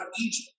Egypt